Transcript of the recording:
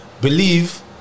believe